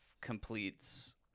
completes